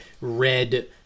red